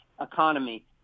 economy